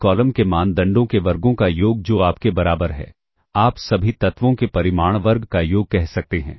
सभी कॉलम के मानदंडों के वर्गों का योग जो आपके बराबर है आप सभी तत्वों के परिमाण वर्ग का योग कह सकते हैं